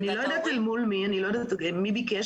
אני לא יודעת אל מול מי, אני לא יודעת מי ביקש.